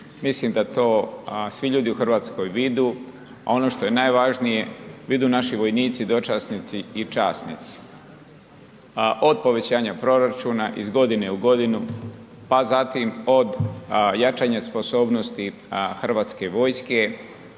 mislim da to svi ljudi u Hrvatskoj vide, a ono što je najvažnije vide naši vojnici, dočasnici i časnici od povećanja proračuna iz godine u godinu, pa zatim od jačanja sposobnosti Hrvatske vojske,